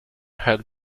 had